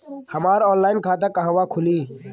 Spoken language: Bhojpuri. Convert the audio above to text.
हमार ऑनलाइन खाता कहवा खुली?